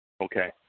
Okay